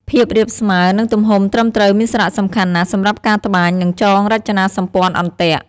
ភាពរាបស្មើ និងទំហំត្រឹមត្រូវមានសារៈសំខាន់ណាស់សម្រាប់ការត្បាញ និងចងរចនាសម្ព័ន្ធអន្ទាក់។